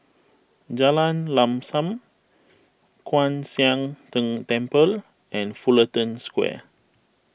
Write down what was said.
Jalan Lam Sam Kwan Siang Tng Temple and Fullerton Square